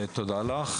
תודה לך.